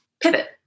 pivot